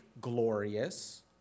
glorious